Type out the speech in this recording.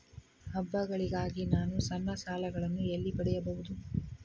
ಹಬ್ಬಗಳಿಗಾಗಿ ನಾನು ಸಣ್ಣ ಸಾಲಗಳನ್ನು ಎಲ್ಲಿ ಪಡೆಯಬಹುದು?